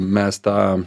mes tą